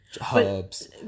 hubs